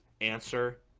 answer